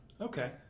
Okay